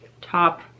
top